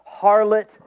harlot